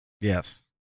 Yes